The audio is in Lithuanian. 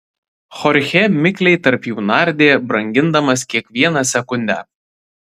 chorchė mikliai tarp jų nardė brangindamas kiekvieną sekundę